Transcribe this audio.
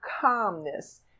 calmness